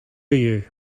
you